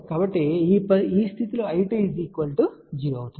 మరియు ఏ స్థితిలో I2 0 అవుతుంది